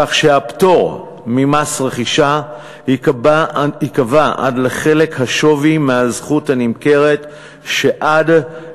כך שהפטור ממס רכישה ייקבע עד לחלק השווי מהזכות הנמכרת שעד